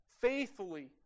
faithfully